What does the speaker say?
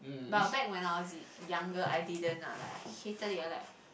but back when I was y~ younger I didn't ah like I hated it I like